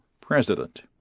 president